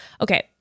okay